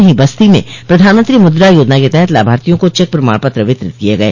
वहीं बस्ती में प्रधानमंत्री मुद्रा योजना के तहत लाभार्थियों को चेक प्रमाण पत्र वितरित किये गये